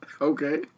Okay